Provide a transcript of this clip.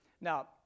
Now